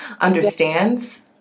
understands